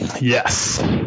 Yes